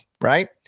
right